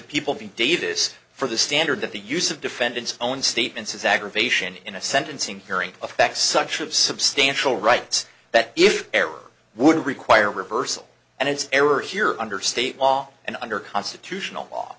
people the davis for the standard that the use of defendant's own statements is aggravation in a sentencing hearing affects such of substantial rights that if would require a reversal and it's error here under state law and under constitutional law